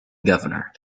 governor